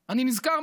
נזכר,